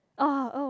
orh oh